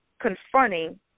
confronting